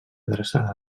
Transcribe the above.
adreçada